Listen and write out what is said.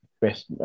best